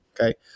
okay